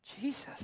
Jesus